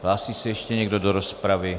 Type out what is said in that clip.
Hlásí se ještě někdo do rozpravy?